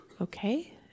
okay